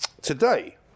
today